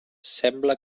sembla